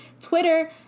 Twitter